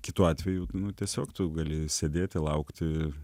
kitu atveju nu tiesiog tu gali sėdėti laukti